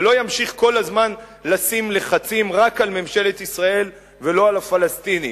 ולא ימשיך כל הזמן לשים לחצים רק על ממשלת ישראל ולא על הפלסטינים,